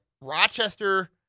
Rochester